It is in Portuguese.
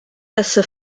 essa